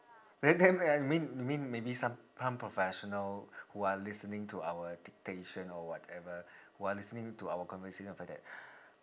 then then I mean you mean maybe some some professional who are listening to our dictation or whatever who are listening to our conversation after that